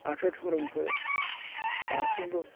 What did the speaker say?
बाथौ धोरोमखौ दासिमबो